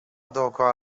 dookoła